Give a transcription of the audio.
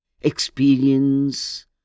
Experience